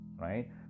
right